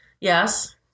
yes